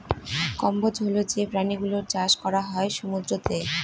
কম্বোজ হল যে প্রাণী গুলোর চাষ করা হয় সমুদ্রতে